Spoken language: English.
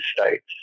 States